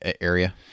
area